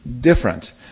different